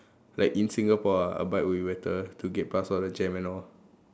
like in Singapore ah a bike will be better to get past the jam and all